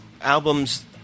albums